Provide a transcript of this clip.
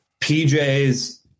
PJ's